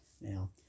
Now